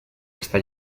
hasta